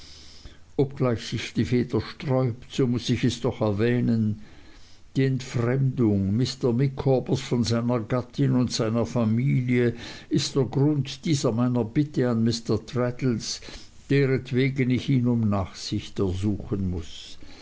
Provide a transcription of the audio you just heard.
obgleich sich die feder sträubt so muß ich es doch erwähnen die entfremdung mr micawbers von seiner gattin und seiner familie ist der grund dieser meiner bitte an mr traddles derentwegen ich ihn um nachsicht ersuchen muß